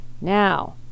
now